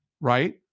right